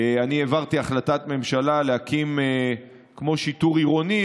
העברתי החלטת ממשלה להקים כמו שיטור עירוני,